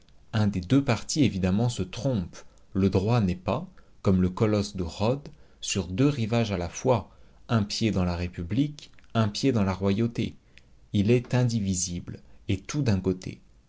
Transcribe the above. un des deux partis évidemment se trompe le droit n'est pas comme le colosse de rhodes sur deux rivages à la fois un pied dans la république un pied dans la royauté il est indivisible et tout d'un côté